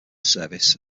service